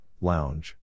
lounge